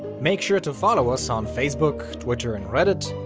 make sure to follow us on facebook, twitter and reddit,